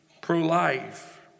pro-life